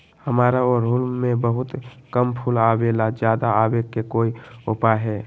हमारा ओरहुल में बहुत कम फूल आवेला ज्यादा वाले के कोइ उपाय हैं?